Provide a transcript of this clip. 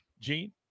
Gene